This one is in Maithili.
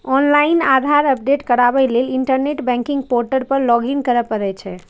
ऑनलाइन आधार अपडेट कराबै लेल इंटरनेट बैंकिंग पोर्टल पर लॉगइन करय पड़ै छै